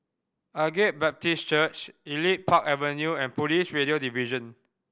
Agape Baptist Church Elite Park Avenue and Police Radio Division